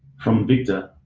from victor,